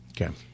Okay